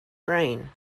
brain